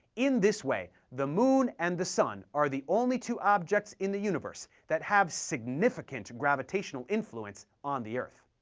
in this way, the moon and the sun are the only two objects in the universe that have significant gravitational influence on the earth.